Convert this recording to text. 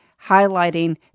highlighting